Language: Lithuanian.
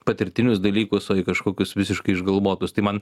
patirtinius dalykus o į kažkokius visiškai išgalvotus tai man